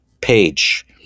page